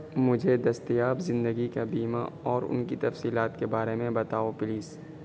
مجھے دستیاب زندگی کا بیمہ اور ان کی تفصیلات کے بارے میں بتاؤ پلیز